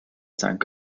tank